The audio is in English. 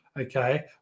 okay